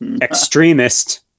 extremist